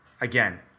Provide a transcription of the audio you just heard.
again